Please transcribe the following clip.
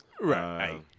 right